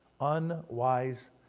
Unwise